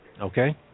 Okay